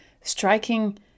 striking